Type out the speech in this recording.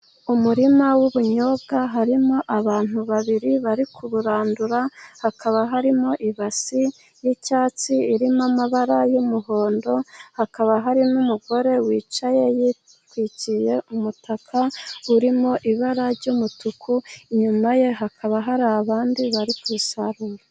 Umurima w'ubunyobwa harimo abantu babiri bari kuburandura, hakaba harimo ibasi y'icyatsi irimo amabara y'umuhondo, hakaba hari n'umugore wicaye, yitwikiriye umutaka urimo ibara ry'umutuku, inyuma ye hakaba hari abandi bari gusarura.